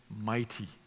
mighty